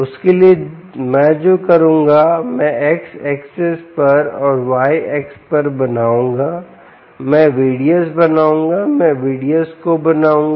उसके लिए मैं जो करूँगा की मैं x अक्ष पर और y अक्ष पर बनाऊंगा मैं VDS बनाऊंगा मैं VDS को बनाऊंगा